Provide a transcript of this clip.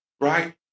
right